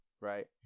Right